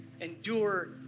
Endure